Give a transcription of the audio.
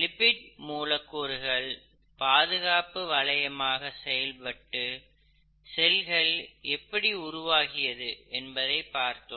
lipid மூலக்கூறுகள் பாதுகாப்பு வளையமாக செயல்பட்டு செல்கள் எப்படி உருவாகியது என்பதை பார்த்தோம்